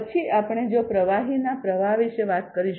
પછી આપણે જો પ્રવાહીના પ્રવાહ વિશે વાત કરીશું